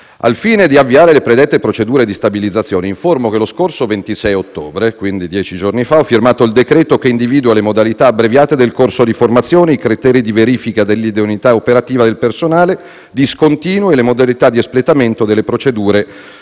Al fine di avviare le predette procedure di stabilizzazione, informo che lo scorso 26 ottobre - quindi dieci giorni fa - ho firmato il decreto che individua le modalità abbreviate del corso di formazione, i criteri di verifica dell'idoneità operativa del personale discontinuo e le modalità di espletamento delle procedure